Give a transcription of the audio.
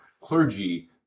clergy